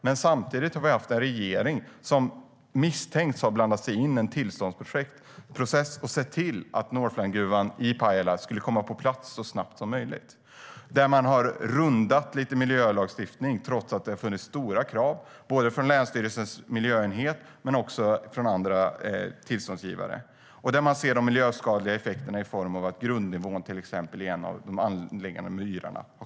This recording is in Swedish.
Men vi har haft en regering som misstänks ha blandat sig i en tillståndsprocess och sett till att Northlandgruvan i Pajala skulle komma på plats så snabbt som möjligt. Man har rundat miljölagstiftningen, trots att det funnits stora krav både från länsstyrelsens miljöenhet och från andra tillståndsgivare. Nu ser man de miljöskadliga effekterna till exempel i form av att grundvattennivån sjunkit i en av de angränsande myrarna.